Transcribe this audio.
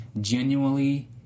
genuinely